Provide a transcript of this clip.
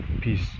peace